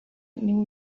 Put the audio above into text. niwe